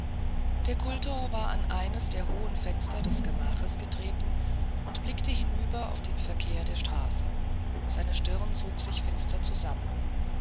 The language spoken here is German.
der kultor war an eines der hohen fenster des gemaches getreten und blickte hinüber auf den verkehr der straße seine stirn zog sich finster zusammen